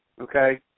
okay